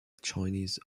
chinese